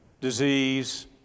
disease